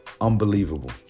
Unbelievable